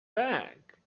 back